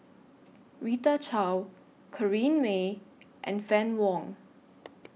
Rita Chao Corrinne May and Fann Wong